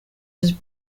was